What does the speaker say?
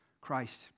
Christ